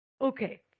Okay